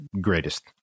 greatest